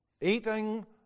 eating